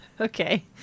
Okay